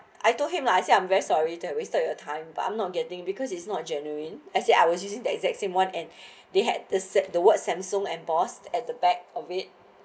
I told him lah I I'm very sorry that wasted your time but I'm not getting because it's not genuine as actually I was using the exact same one and they had the set the word samsung and boss at the back of it